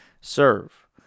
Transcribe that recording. serve